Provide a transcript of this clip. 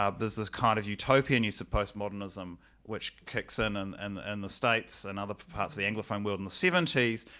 um this is kind of utopian use of post-modernism which kicks in and and in and the states and other parts of the anglophone world in the seventies,